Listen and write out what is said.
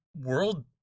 world